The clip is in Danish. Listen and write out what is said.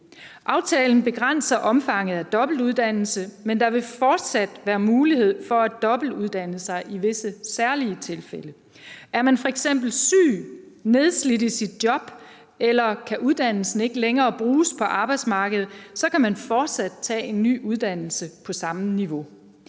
Aftalen begrænser omfanget af dobbeltuddannelse, men der vil fortsat være mulighed for at dobbeltuddanne sig i visse, særlige tilfælde. Er man f.eks. syg, nedslidt i sit job, eller kan uddannelsen ikke længere bruges på arbejdsmarkedet, kan man fortsat tage en ny uddannelse på samme niveau.